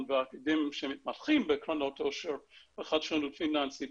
ואקדמאים שמתמחים בקרנות עושר וחדשנות פיננסית.